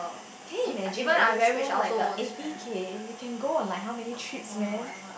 can you imagine if you spend like a eighty K you can go on how many trips man